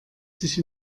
sich